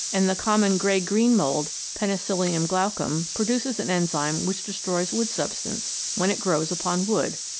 and the common grey green mould penicillium glaucum produces an enzyme which destroys wood-substance, when it grows upon wood,